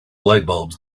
lightbulbs